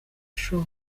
show